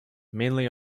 mainly